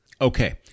Okay